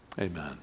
Amen